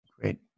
Great